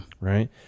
Right